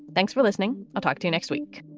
thanks for listening. i'll talk to you next week